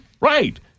Right